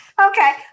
Okay